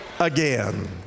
Again